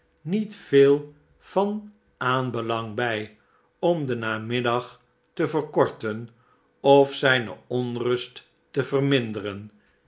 niet v'eel van aanbelang bij om den namiddag te verkorten of zijne onrust te verminderen